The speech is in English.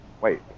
Wait